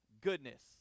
goodness